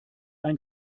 ein